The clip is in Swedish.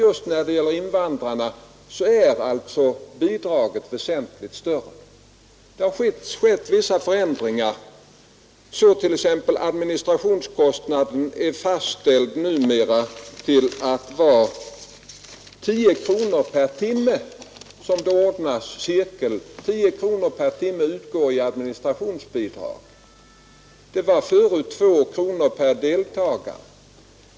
Just när det gäller invandrarna är alltså bidraget väsentligt större. Det har skett vissa förändringar. Numera utgår t.ex. tio kronor i administrationsbidrag för varje timme som det ordnas cirkel. Det var förut två kronor per deltagare.